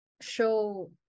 show